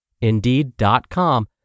Indeed.com